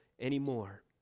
anymore